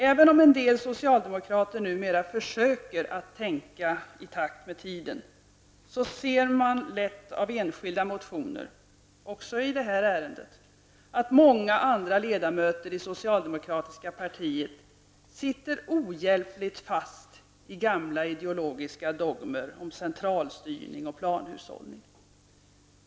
Även om en del socialdemokrater numera försöker att tänka i takt med tiden, så ser man lätt av enskilda motioner -- också i detta ärende -- att många andra ledamöter i det socialdemokratiska partiet sitter ohjälpligt fast i gamla ideologiska dogmer om centralstyrning och planhushållning.